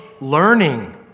learning